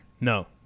No